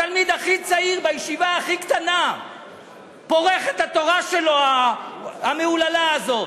התלמיד הכי צעיר בישיבה הכי קטנה פורך את התורה שלו המהוללה הזאת.